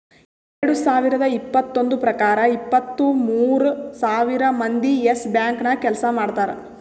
ಎರಡು ಸಾವಿರದ್ ಇಪ್ಪತ್ತೊಂದು ಪ್ರಕಾರ ಇಪ್ಪತ್ತು ಮೂರ್ ಸಾವಿರ್ ಮಂದಿ ಯೆಸ್ ಬ್ಯಾಂಕ್ ನಾಗ್ ಕೆಲ್ಸಾ ಮಾಡ್ತಾರ್